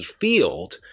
field